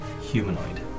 humanoid